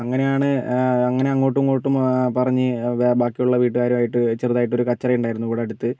അങ്ങനെയാണ് അങ്ങനെ അങ്ങോട്ടും ഇങ്ങോട്ടും പറഞ്ഞ് വെ ബാക്കിയുള്ള വീട്ടുകാരുമായിട്ട് ചെറുതായിട്ട് ഒരു കച്ചറ ഉണ്ടായിരുന്നു ഇവിടെ അടുത്ത്